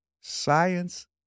Science